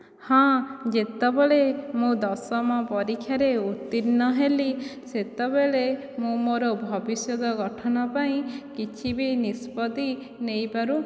ହଁ ଯେତେବେଳେ ମୁଁ ଦଶମ ପରୀକ୍ଷାରେ ଉତ୍ତୀର୍ଣ୍ଣ ହେଲି ସେତେବେଳେ ମୁଁ ମୋର ଭବିଷ୍ୟତ ଗଠନ ପାଇଁ କିଛି ବି ନିଷ୍ପତ୍ତି ନେଇପାରୁ